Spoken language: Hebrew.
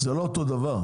זה לא אותו דבר.